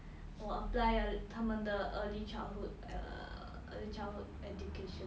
我 apply 了他们的 early childhood err early childhood education